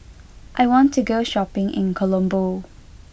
I want to go shopping in Colombo